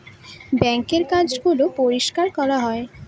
বাঙ্কের কাজ গুলো পরিষ্কার করা যায়